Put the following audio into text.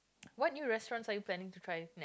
what new restaurant are you planing to try